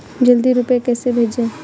जल्दी रूपए कैसे भेजें?